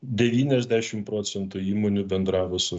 devyniasdešim procentų įmonių bendravo su